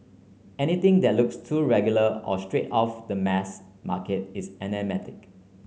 anything that looks too regular or straight off the mass market is anathematic